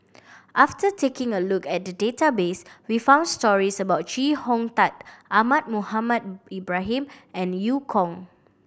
after taking a look at the database we found stories about Chee Hong Tat Ahmad Mohamed Ibrahim and Eu Kong